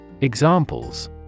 Examples